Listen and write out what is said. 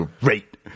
great